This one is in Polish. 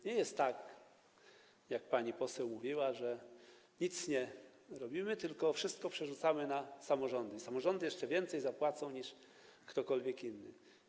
Nie jest tak, jak pani poseł mówiła, że nic nie robimy, tylko wszystko przerzucamy na samorządy, że samorządy zapłacą więcej niż ktokolwiek inny.